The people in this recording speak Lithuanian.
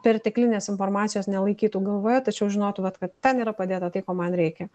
perteklinės informacijos nelaikytų galvoje tačiau žinotų vat kad ten yra padėta tai ko man reikia